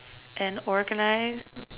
and organize